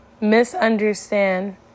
misunderstand